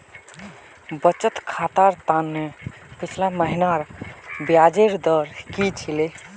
बचत खातर त न पिछला महिनार ब्याजेर दर की छिले